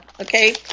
okay